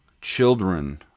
children